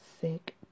sick